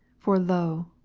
for, lo,